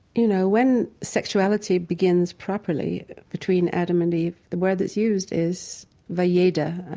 you know, when sexuality begins properly between adam and eve, the word that's used is va-yayda,